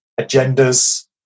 agendas